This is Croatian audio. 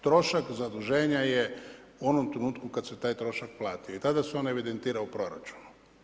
Trošak zaduženja je u onom trenutku kad se taj trošak plati jer tada su on evidentira u proračunu.